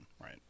right